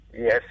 Yes